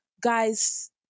guys